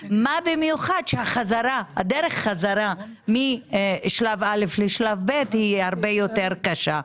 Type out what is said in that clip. במיוחד כשהחזרה משלב א' לשלב ב' היא הרבה יותר קשה.